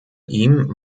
ihm